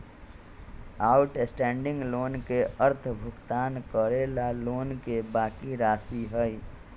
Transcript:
outstanding loan के अर्थ भुगतान करे ला लोन के बाकि राशि हई